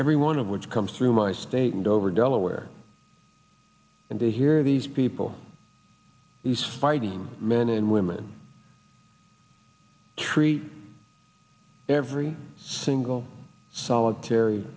every one of which comes through my state and dover delaware and they hear these people is fighting men and women treat every single solitary